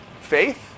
faith